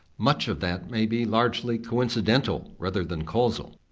much of that may be largely coincidental rather than causal.